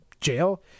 jail